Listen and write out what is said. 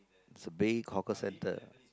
it's a big hawker centre